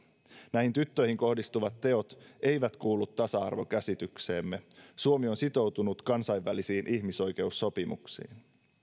näihin tyttöihin kohdistuvat teot eivät kuulu tasa arvokäsitykseemme suomi on sitoutunut kansainvälisiin ihmisoikeussopimuksiin